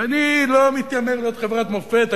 ואני לא מתיימר להיות חברת מופת,